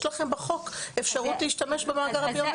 יש לכם בחוק אפשרות להשתמש במאגר הביומטרי.